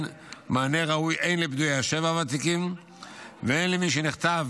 מענה ראוי הן לפדויי השבי הוותיקים והן למי שנחטף